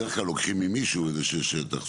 בדרך כלל לוקחים ממישהו איזשהו שטח,